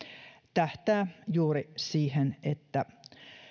tähtää juuri siihen että